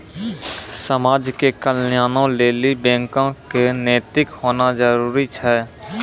समाज के कल्याणों लेली बैको क नैतिक होना जरुरी छै